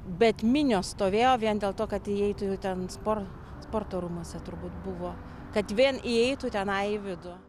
bet minios stovėjo vien dėl to kad įeitų ten spor sporto rūmuose turbūt buvo kad vien įeitų tenai į vidų